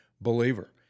believer